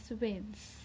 wins